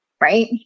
Right